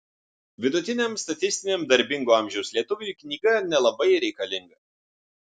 vidutiniam statistiniam darbingo amžiaus lietuviui knyga nelabai reikalinga